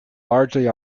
largely